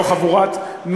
לא חבורת,